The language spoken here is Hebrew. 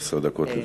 עשר דקות לרשותך.